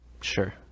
Sure